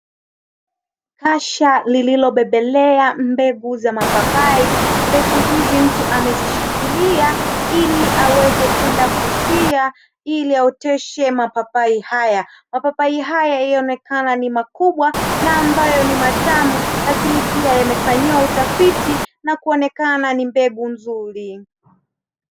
Kasha lililobebelea mbegu za mapapai. Mbegu hizi mtu amezishikilia ili aweze kwenda kusia, ili aoteshe mapapai haya. Mapapai haya yanaonekana ni makubwa na ambayo ni matamu, lakini pia yamefanyiwa utafiti na kuonekana ni mbegu nzuri.